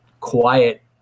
quiet